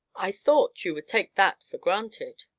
i thought you would take that for granted.